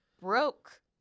broke